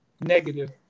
negative